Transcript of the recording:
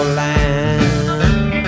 land